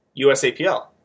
usapl